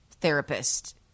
Therapist